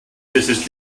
mrs